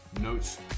Notes